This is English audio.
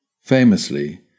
Famously